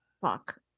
fuck